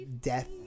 death